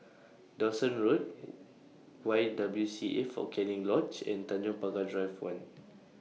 Dawson Road Y W C A Fort Canning Lodge and Tanjong Pagar Drive one